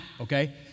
okay